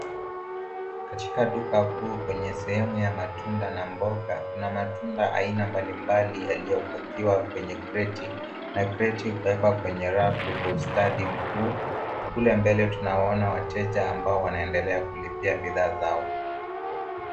Katika duka kuu kwenye sehemu ya matunda na mboga kuna matunda aina mbalimbali yaliyopakiwa kwenye kreti na kreti kuwekwa kwenye rafu kwa ustadi mkuu. Kule mbele tunawaona wateja ambao wanaendelea kulipia bidhaa zao.